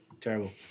Terrible